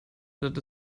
that